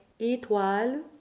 étoile